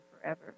forever